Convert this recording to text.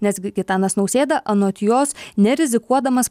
nes gi gitanas nausėda anot jos nerizikuodamas